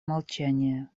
молчание